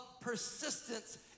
persistence